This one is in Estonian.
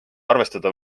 arvestada